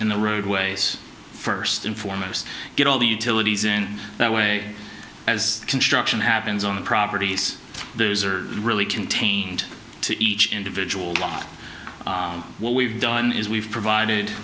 in the roadways first and foremost get all the utilities in that way as construction happens on the properties those are really contained to each individual lot what we've done is we've provided